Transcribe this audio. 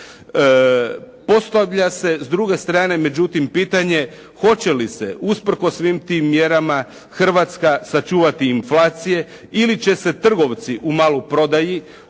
Postavlja se s druge strane međutim pitanje, hoće li se usprkos svim tim mjerama Hrvatska sačuvati inflacije ili će se trgovci u maloprodaji, tu